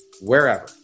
wherever